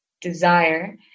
desire